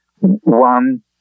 one